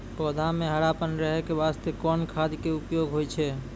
पौधा म हरापन रहै के बास्ते कोन खाद के उपयोग होय छै?